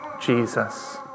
Jesus